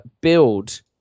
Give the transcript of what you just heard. build